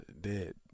Dead